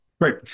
great